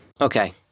Okay